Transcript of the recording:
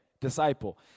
disciple